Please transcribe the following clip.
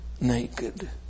naked